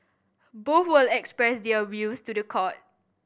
both will express their views to the court